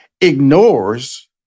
ignores